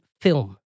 film